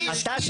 אתה,